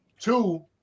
two